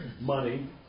money